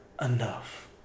enough